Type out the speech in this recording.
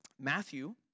Matthew